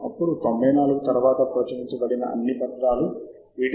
మీరు ఇప్పుడు end note పోర్టల్లో సేవ్ చేయడానికి సిద్ధంగా ఉన్నారు